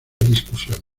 discusiones